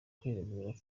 kwiregura